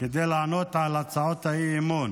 כדי לענות על הצעות האי-אמון